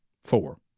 Four